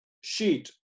sheet